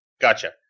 Gotcha